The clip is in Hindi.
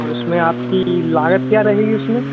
और इसमें आपकी लागत क्या रहेगी इसमें